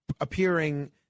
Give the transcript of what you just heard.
appearing –